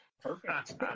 Perfect